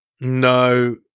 No